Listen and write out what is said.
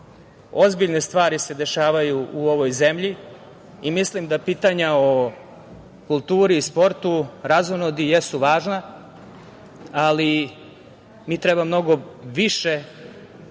temi. Ozbiljne stvari se dešavaju u ovoj zemlji i mislim da pitanja o kulturi i sportu, razonodi jesu važna, ali mi treba mnogo više